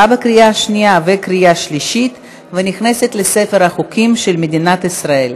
התקבלה בקריאה שנייה ובקריאה שלישית ונכנסת לספר החוקים של מדינת ישראל.